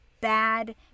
bad